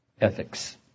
ethics